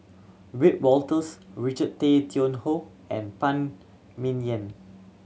Wiebe Wolters Richard Tay Tian Hoe and Phan Ming Yen